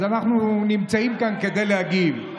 אז אנחנו נמצאים כאן כדי להגיב.